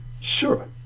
Sure